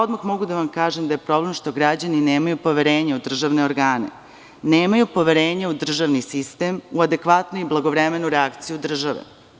Odmah mogu da vam kažem da je problem što građani nemaju poverenja u državne organe, u državni sistem, u adekvatnu i blagovremenu reakciju države.